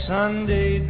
Sunday